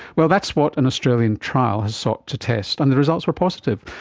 well, that's what an australian trial has sought to test, and the results were positive.